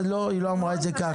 לא, היא לא אמרה את זה כך.